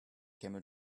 camel